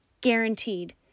Guaranteed